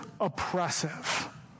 oppressive